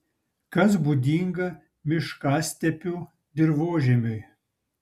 kas būdinga miškastepių dirvožemiui